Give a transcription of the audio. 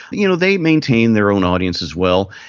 you know they maintain their own audience as well.